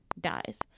dies